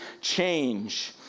change